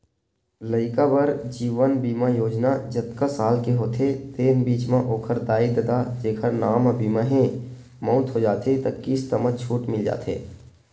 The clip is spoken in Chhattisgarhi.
लइका बर जीवन बीमा योजना जतका साल के होथे तेन बीच म ओखर दाई ददा जेखर नांव म बीमा हे, मउत हो जाथे त किस्त म छूट मिल जाथे